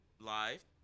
live